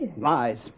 Lies